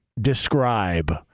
describe